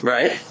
Right